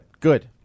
good